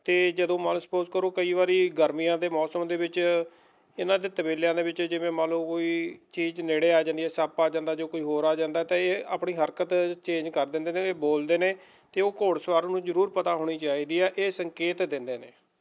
ਅਤੇ ਜਦੋਂ ਮੰਨ ਲਉ ਸਪੋਜ ਕਰੋ ਕਈ ਵਾਰੀ ਗਰਮੀਆਂ ਦੇ ਮੌਸਮ ਦੇ ਵਿੱਚ ਇਹਨਾਂ ਦੇ ਤਬੇਲਿਆਂ ਦੇ ਵਿੱਚ ਜਿਵੇਂ ਮੰਨ ਲਉ ਕੋਈ ਚੀਜ਼ ਨੇੜੇ ਆ ਜਾਂਦੀ ਆ ਸੱਪ ਆ ਜਾਂਦਾ ਜਾਂ ਕੋਈ ਹੋਰ ਆ ਜਾਂਦਾ ਤਾਂ ਇਹ ਆਪਣੀ ਹਰਕਤ ਚੇਂਜ ਕਰ ਦਿੰਦੇ ਨੇ ਬੋਲਦੇ ਨੇ ਅਤੇ ਉਹ ਘੋੜ ਸਵਾਰ ਨੂੰ ਜ਼ਰੂਰ ਪਤਾ ਹੋਣੀ ਚਾਹੀਦੀ ਆ ਇਹ ਸੰਕੇਤ ਦਿੰਦੇ ਨੇ